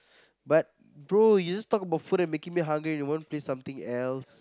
but bro you just talk about food and making me hungry and you want play something else